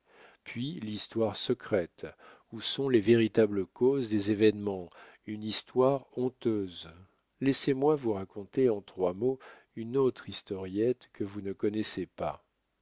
puis l'histoire secrète où sont les véritables causes des événements une histoire honteuse laissez-moi vous raconter en trois mots une autre historiette que vous ne connaissez pas